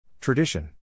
Tradition